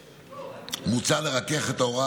מוצע לרכך את ההוראה